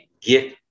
get